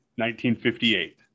1958